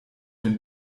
den